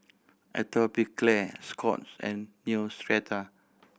Atopiclair Scott's and Neostrata